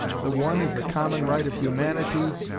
the one is the common right of humanity,